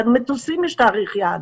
למטוסים יש תאריך יעד.